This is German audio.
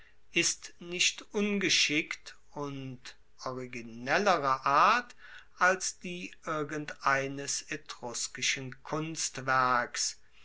ist nicht ungeschickt und originellerer art als die irgendeines etruskischen kunstwerks